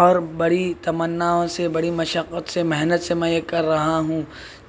اور بڑى تمناؤں سے بڑى مشقت سے محنت سے میں یہ کر رہا ہوں